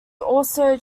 also